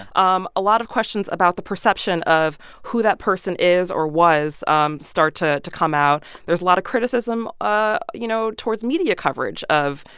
um a lot of questions about the perception of who that person is or was um start to to come out. there's a lot of criticism, ah you know, towards media coverage of,